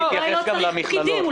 אולי לא צריך פקידים,